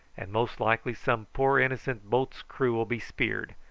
and most likely some poor innocent boat's crew will be speared,